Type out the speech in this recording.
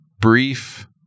brief